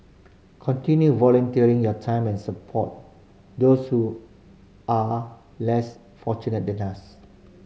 continue volunteering your time and support those who are less fortunate than us